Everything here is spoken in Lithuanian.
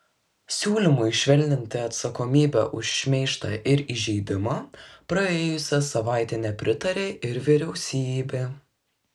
siūlymui švelninti atsakomybę už šmeižtą ir įžeidimą praėjusią savaitę nepritarė ir vyriausybė